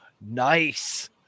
Nice